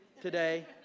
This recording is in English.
today